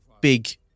big